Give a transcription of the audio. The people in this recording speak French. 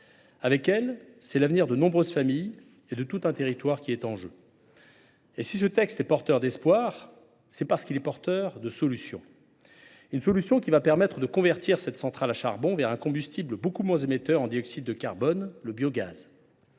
Avec elle, c’est l’avenir de nombreuses familles et de tout un territoire qui est en jeu. Si ce texte est porteur d’espoir, c’est parce qu’il est porteur de solutions. Il s’agit de convertir cette centrale à charbon vers un combustible beaucoup moins émetteur en dioxyde de carbone : le biogaz.